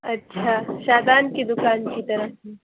اچھا شادان کی دکان کی طرف ہے